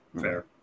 Fair